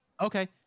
Okay